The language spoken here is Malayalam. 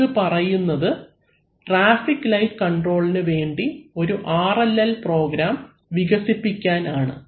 ഇത് പറയുന്നത് അത് ട്രാഫിക് ലൈറ്റ് കോൺട്രോളിനു വേണ്ടി ഒരു RLL പ്രോഗ്രാം വികസിപ്പിക്കാൻ ആണ്